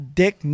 dick